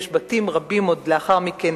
ויש בתים רבים עוד לאחר מכן.